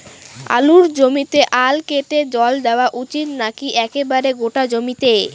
আলুর জমিতে আল কেটে জল দেওয়া উচিৎ নাকি একেবারে গোটা জমিতে?